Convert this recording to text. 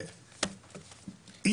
בנוסף,